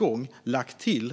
Den kommer nu.